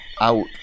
out